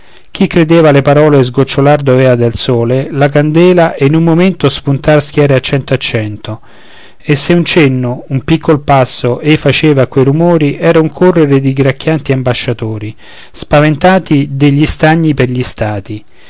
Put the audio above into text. chi credeva alle parole sgocciolar dovea del sole la candela e in un momento spuntar schiere a cento a cento e se un cenno un piccol passo ei faceva a quei rumori era un correre di gracchianti ambasciatori spaventati degli stagni per gli stati